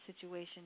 situation